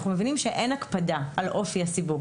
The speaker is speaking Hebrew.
מבינים שאין הקפדה על אופי הסיווג,